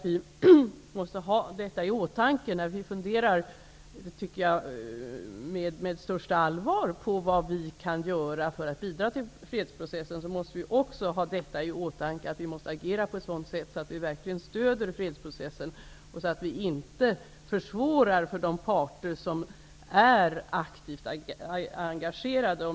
Vi skall ha detta i åtanke, när vi funderar med största allvar på vad vi kan göra för att bidra till fredsprocessen, dvs. att vi måste agera på ett sådant sätt att vi verkligen stöder fredsprocessen och inte försvårar för de parter som är aktivt engagerade.